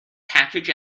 package